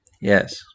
Yes